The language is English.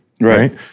Right